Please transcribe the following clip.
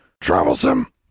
Troublesome